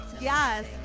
yes